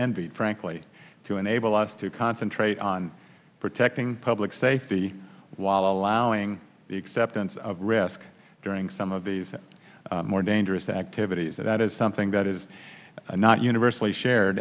envied frankly to enable us to concentrate on protecting public safety while allowing the acceptance of risk during some of these more dangerous activities that that is something that is not universally shared